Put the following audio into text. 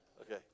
Okay